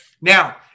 Now